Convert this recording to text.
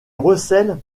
recèle